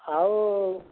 ଆଉ